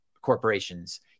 corporations